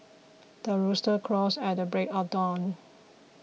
the rooster crows at the break of dawn